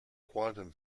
quantum